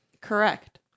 Correct